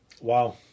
Wow